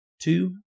two